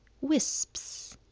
wisps